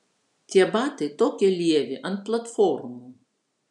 tie batai tokie lievi ant platformų